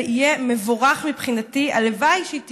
זה יהיה מבורך מבחינתי, הלוואי שהיא תהיה.